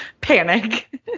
Panic